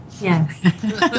Yes